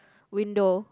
window